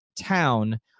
town